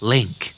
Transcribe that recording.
Link